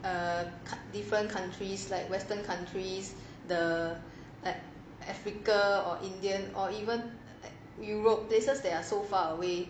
err different countries like western countries the like africa or indian or even europe places that are so far away